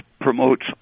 promotes